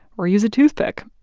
or use a toothpick.